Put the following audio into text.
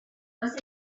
nsoro